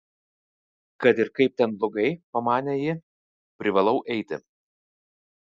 kad ir kaip ten blogai pamanė ji privalau eiti